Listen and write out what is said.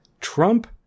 Trump